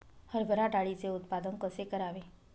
हरभरा डाळीचे उत्पादन कसे करावे?